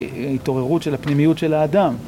התעוררות של הפנימיות של האדם.